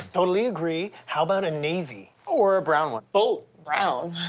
totally agree. how about a navy? or a brown one? both! brown?